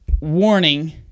warning